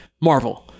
Marvel